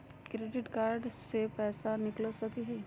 Credit card से पैसा निकल सकी हय?